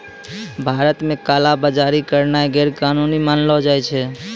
भारत मे काला बजारी करनाय गैरकानूनी मानलो जाय छै